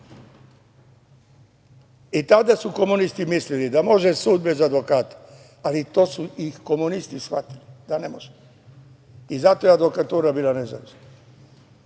hteo. Komunisti su mislili da može sud bez advokata, ali su i komunisti shvatili da ne može i zato je advokatura bila nezavisna